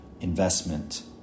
investment